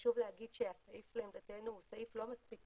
חשוב להדגיש שהסעיף לעמדתנו הוא סעיף לא מספיק